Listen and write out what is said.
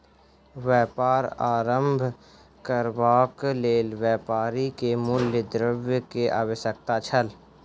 व्यापार आरम्भ करबाक लेल व्यापारी के मूल द्रव्य के आवश्यकता छल